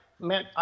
man